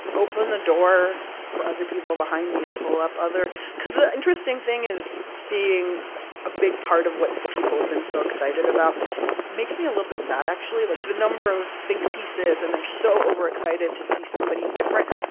open the door for other people behind me and pull up other because the interesting thing is seeing a big part of what people have been so excited about makes me a little bit sad, actually. like, the number of think pieces and they're so over-excited to see somebody different.